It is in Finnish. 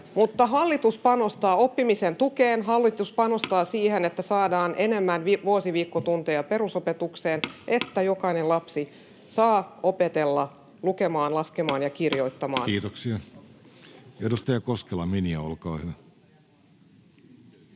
auttaa. Hallitus panostaa oppimisen tukeen. Hallitus panostaa siihen, että saadaan enemmän vuosiviikkotunteja perusopetukseen, että jokainen lapsi saa opetella lukemaan, laskemaan ja kirjoittamaan. Kiitoksia. — Edustaja Koskela, Minja, olkaa hyvä.